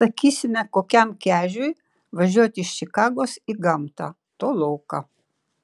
sakysime kokiam kežiui važiuoti iš čikagos į gamtą toloka